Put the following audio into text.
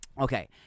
Okay